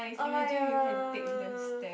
er ya